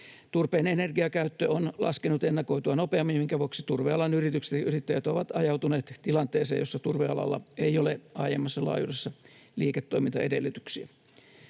Turpeen energiakäyttö on laskenut ennakoitua nopeammin, minkä vuoksi turvealan yritykset ja yrittäjät ovat ajautuneet tilanteeseen, jossa turvealalla ei ole aiemmassa laajuudessa liiketoimintaedellytyksiä.